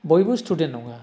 बयबो स्टुडेन्ट नङा